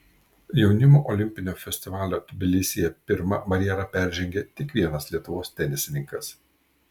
jaunimo olimpinio festivalio tbilisyje pirmą barjerą peržengė tik vienas lietuvos tenisininkas